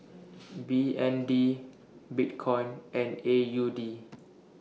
B N D Bitcoin and A U D